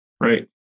Right